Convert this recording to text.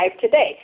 today